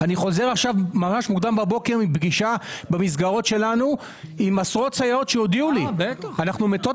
אני חוזר עכשיו מפגישה במסגרות שלנו עם עשרות סייעות שהודיעו לי שהן מתות